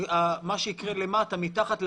זה פעמיים סביבתי: פעם אחת,